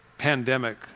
pandemic